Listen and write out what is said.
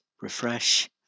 Refresh